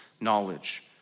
knowledge